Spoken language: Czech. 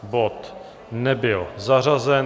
Bod nebyl zařazen.